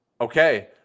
Okay